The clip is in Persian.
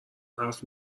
حرف